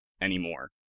anymore